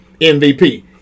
MVP